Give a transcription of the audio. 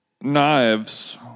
knives